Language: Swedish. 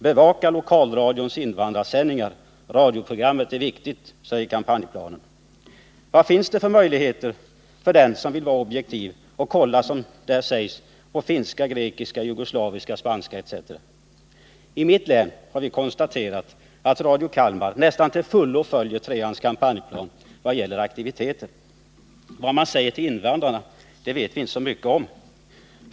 ”Bevaka lokalradions invandrarsändningar, radioprogrammet är viktigt”, säger kampanjplanen. Vad finns det för möjligheter för den som vill vara objektiv att kolla det som sägs där på finska, grekiska, jugoslaviska, spanska etc.? I mitt län har vi konstaterat att Radio Kalmar nästan till fullo följer linje 3:s kampanjplan vad gäller aktiviteter. Vad man säger till invandrarna vet vi inte så mycket om.